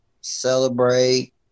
celebrate